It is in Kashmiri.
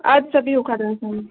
اَدٕ سا بِہِو خدایَس حَوالہٕ